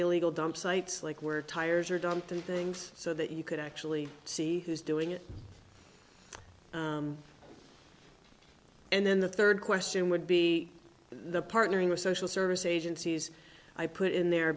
illegal dump sites like where tires are dumb things so that you could actually see who's doing it and then the third question would be the partnering with social service agencies i put in there